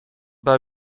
bij